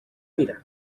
tira